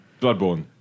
Bloodborne